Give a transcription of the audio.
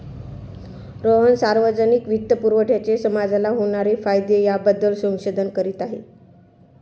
रोहन सार्वजनिक वित्तपुरवठ्याचे समाजाला होणारे फायदे याबद्दल संशोधन करीत आहे